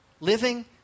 living